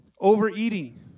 Overeating